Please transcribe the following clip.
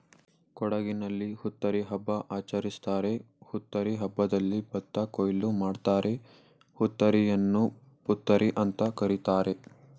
ಕೊಡಗಿನಲ್ಲಿ ಹುತ್ತರಿ ಹಬ್ಬ ಆಚರಿಸ್ತಾರೆ ಹುತ್ತರಿ ಹಬ್ಬದಲ್ಲಿ ಭತ್ತ ಕೊಯ್ಲು ಮಾಡ್ತಾರೆ ಹುತ್ತರಿಯನ್ನು ಪುತ್ತರಿಅಂತ ಕರೀತಾರೆ